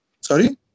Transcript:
Sorry